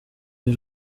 b’i